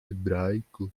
ebraico